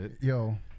yo